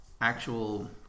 actual